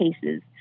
cases